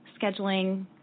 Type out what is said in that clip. scheduling